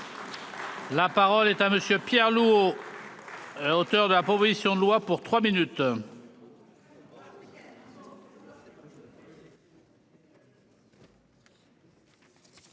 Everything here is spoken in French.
La parole est à monsieur Pierre lourd. Auteur de la proposition de loi pour 3 minutes.